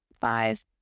Five